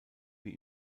wie